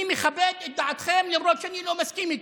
אני מכבד את דעתכם, למרות שאני לא מסכים איתה,